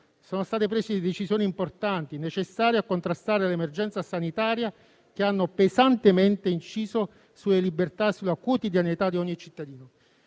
Sono state prese decisioni importanti, necessarie a contrastare l'emergenza sanitaria che hanno pesantemente inciso sulle libertà e sulla quotidianità di ogni cittadino.